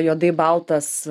juodai baltas